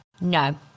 No